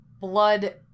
blood